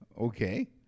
Okay